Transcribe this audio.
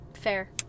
Fair